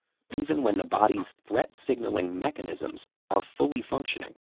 even when the body's threat signaling mechanisms are fully functioning.